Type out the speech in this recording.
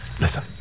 Listen